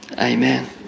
Amen